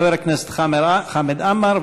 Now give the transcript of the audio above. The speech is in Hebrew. חבר הכנסת חמד עמאר,